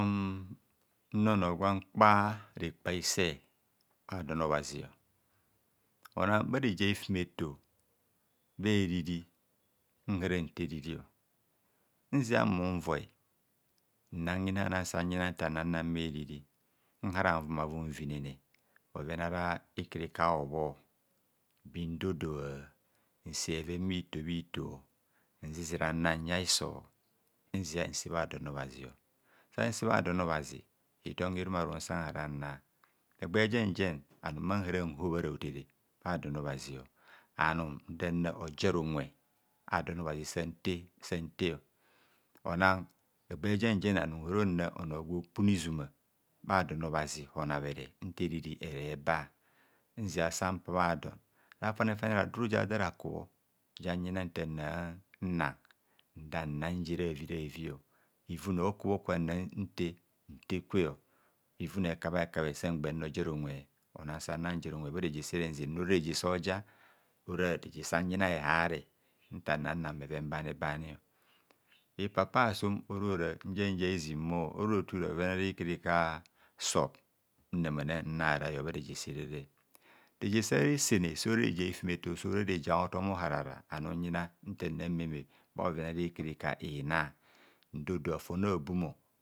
Anum nna onor gwo kpa rekpa hise bha don obhazio onan bhareje a'hifume to bha eriri nhara nte eririo nzia mmun voi nzia mmun voi nna hinana sanyina ntana nna bha eririo. Nhara nvuavum mvinene bhoven ara ikarika obho bhin do doa nse bheven bhito bhito nzizira nna ya hiso nzia nse bha don obhazio, san se bha don o- bhazi, hitom hi rumarumo san hara nna egba jen jen anum mana nhobhara hotere adon obhazio anum ndana ojer nwe a'don obhazi san te, sante, ona egba jen jen nna nna onor gwo kpune izuma bha don obhazi onabhere nta eriri ere ba nzia san pa bha don rafane fane radu ja dara kubho jan hina ntar nanna ndannan je ravi ravio ovunne hokubho kwana nte ntekwe, hivune hekabhe hekabhe san gba nna ojer unwe ona sanna njer unwe bhare je sere nzennor ora reje so ja ora reje sayina e haa re nta nna nna bheven banibani hipapa hasum orora nje nje hezin bhor bhoven ara ikarika sub nnama nam nra rai bhare jesere, reje sa resene so ora reje a'hifume to so ra reje a'hotom oharara, anum nda yina nta nna mmeme bha bhoven a'ra ikarika ina dodoa fon abumo.